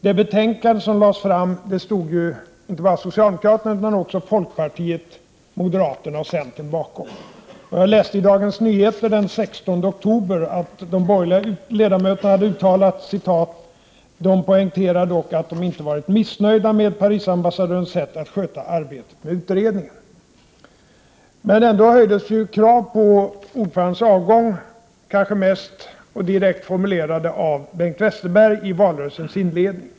Det betänkande som lades fram stod inte bara socialdemokraterna bakom utan också folkpartiet, moderaterna och centern. Jag läste i Dagens Nyheter den 16 oktober beträffande vad de borgerliga ledamötena uttalat: ”De poängterar dock att de inte varit missnöjda med Parisambassadörens sätt att sköta arbetet med utredningen.” Ändå restes krav på ordförandens avgång — kanske mest, och direkt, formulerade av Bengt Westerberg i valrörelsens inledning.